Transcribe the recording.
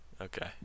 Okay